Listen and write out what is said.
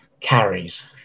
carries